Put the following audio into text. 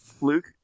Luke